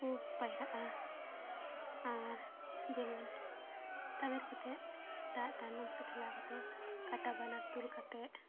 ᱠᱚ ᱯᱟᱭᱨᱟᱜᱼᱟ ᱟᱨ ᱡᱮᱢᱚᱱ ᱛᱟᱵᱮᱨ ᱠᱟᱛᱮᱫ ᱫᱟᱜ ᱛᱟᱭᱱᱚᱢ ᱥᱮᱫ ᱴᱷᱮᱞᱟᱣ ᱠᱟᱛᱮᱫ ᱠᱟᱴᱟ ᱵᱟᱱᱟᱨ ᱛᱩᱞ ᱠᱟᱛᱮᱫ